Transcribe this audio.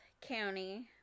County